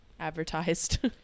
advertised